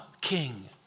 King